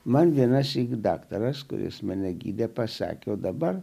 man vienąsyk daktaras kuris mane gydė pasakė o dabar